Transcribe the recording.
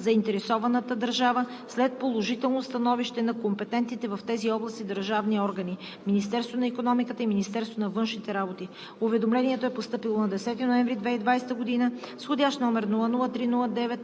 заинтересованата държава след положително становище от компетентните в тези области държавни органи – Министерството на икономиката и Министерството на външните работи. Уведомлението е постъпило на 10 ноември 2020 г. с вх. №